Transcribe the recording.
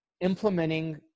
implementing